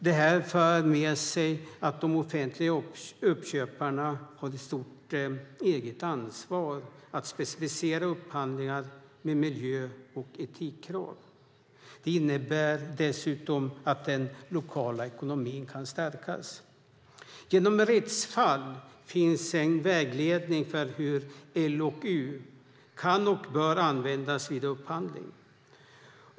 Detta för med sig att de offentliga uppköparna har ett stort eget ansvar att specificera upphandlingar med miljö och etikkrav. Det innebär dessutom att den lokala ekonomin kan stärkas. Genom rättsfall finns en vägledning för hur LOU kan och bör användas vid upphandling.